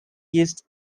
used